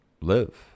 live